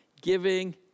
giving